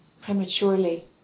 prematurely